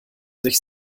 sich